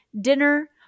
dinner